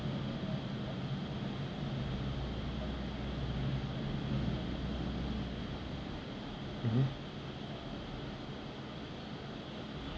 mmhmm